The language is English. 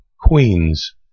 queens